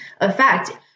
affect